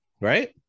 right